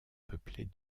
peuplées